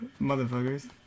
Motherfuckers